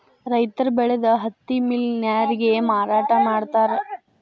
ರೈತರ ಬೆಳದ ಹತ್ತಿ ಮಿಲ್ ನ್ಯಾರಗೆ ಮಾರಾಟಾ ಮಾಡ್ತಾರ